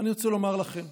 אני רוצה לומר לכם,